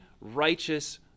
righteous